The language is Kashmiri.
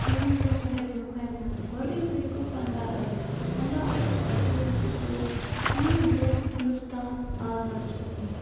یِم بہٕ تۄہہِ برونٛہہ کَنہِ وَنہٕ گۄڈنکُے گوٚو پَنٛداہ اَگَستہٕ پَنٛداہ اَگَستہٕ گوٚو سُہ دۄہ ییٚمہِ دۄہ ہِنٛدوستان آزاد چھُ گوٚمُت